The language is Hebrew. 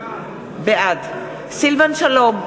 בעד סילבן שלום,